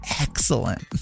excellent